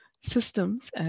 systems